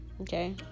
okay